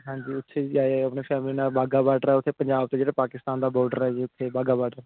ਹਾਂਜੀ ਉਥੇ ਜਾ ਆਇਓ ਬਾਗਾ ਬਾਡਰ ਆ ਉਥੇ ਪੰਜਾਬ ਅਤੇ ਜਿਹੜੇ ਪਾਕਿਸਤਾਨ ਦਾ ਬੋਡਰ ਹੈ ਜੀ ਉੱਥੇ ਬਾਗਾ ਬਾਡਰ